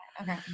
Okay